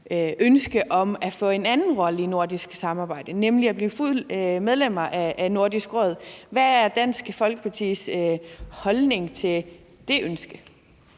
ønske om at få en anden rolle i det nordiske samarbejde, nemlig at blive et fuldt medlem af Nordisk Råd. Hvad er Dansk Folkepartis holdning til det ønske?